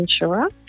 insurer